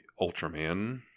Ultraman